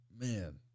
man